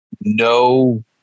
no